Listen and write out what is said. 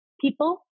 People